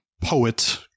poet